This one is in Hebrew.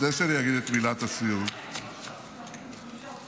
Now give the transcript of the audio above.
לפני שאגיד את מילת הסיום --- מילה לתושבי הצפון,